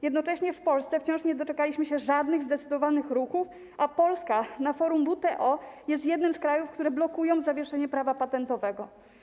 Jednocześnie w Polsce wciąż nie doczekaliśmy się żadnych zdecydowanych ruchów, a Polska na forum WTO jest jednym z krajów, które blokują zawieszenie prawa patentowego.